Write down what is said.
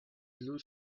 blue